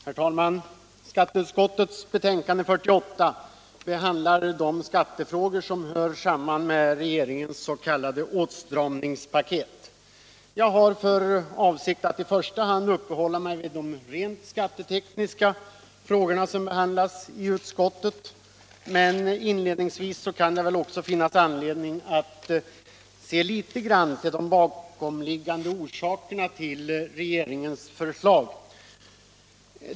Herr talman! Skatteutskottets betänkande 1976/77:48 behandlar de skattefrågor som hör samman med regeringens s.k. åtstramningspaket. Jag har för avsikt att i första hand uppehålla mig vid de rent skattetekniska frågor som behandlas i utskottet, men inledningsvis kan det finnas anledning att också litet grand se på de bakomliggande orsakerna till regeringens förslag.